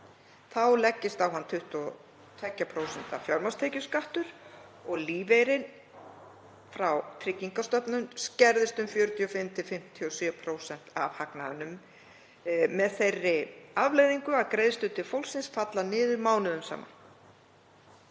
Þá leggst á hann 22% fjármagnstekjuskattur og lífeyririnn frá Tryggingastofnun skerðist um 45–57% af „hagnaðinum“ með þeirri afleiðingu að greiðslur til fólksins falla niður mánuðum saman.